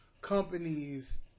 companies